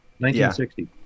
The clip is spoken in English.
1960